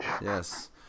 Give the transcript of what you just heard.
yes